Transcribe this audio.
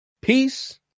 peace